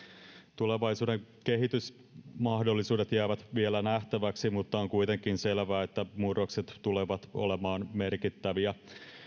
tulevaisuuden kehitysmahdollisuudet jäävät vielä nähtäväksi mutta on kuitenkin selvää että murrokset tulevat olemaan merkittäviä